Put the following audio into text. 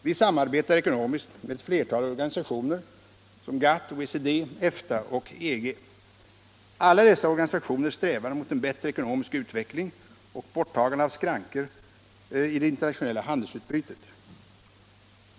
Vi samarbetar ekonomiskt med ett flertal organisationer såsom GATT, OECD, EFTA och EG. Alla dessa organisationer strävar mot en bättre ekonomisk utveckling och borttagande av skrankor i det internationella handelsutbytet.